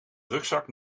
rugzak